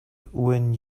when